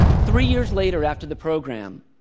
three years later after the program,